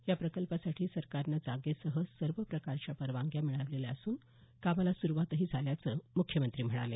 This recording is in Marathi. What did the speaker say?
या प्रकल्पासाठी सरकारनं जागेसह सर्व प्रकारच्या परवानग्या मिळवलेल्या असून कामाला सुरुवातही झाल्याचं मुख्यमंत्री म्हणाले